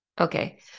Okay